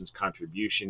contribution